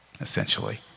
essentially